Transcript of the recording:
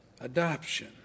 Adoption